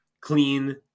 clean